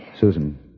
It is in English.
Susan